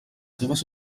seves